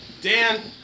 Dan